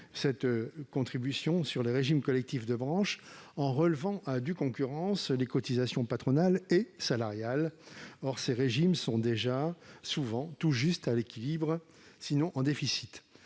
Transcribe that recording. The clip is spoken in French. cette contribution sur les régimes collectifs de branche en relevant à due concurrence les cotisations patronales et salariales. Or ces régimes sont déjà souvent tout juste à l'équilibre, sinon en déficit.